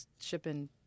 shipping